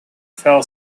fell